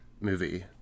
movie